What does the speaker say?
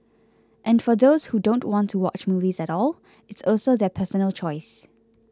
and for those who don't want to watch movies at all it's also their personal choice